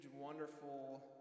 wonderful